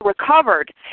recovered